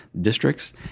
districts